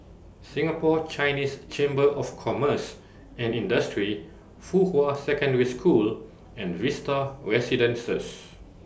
Singapore Chinese Chamber of Commerce and Industry Fuhua Secondary School and Vista Residences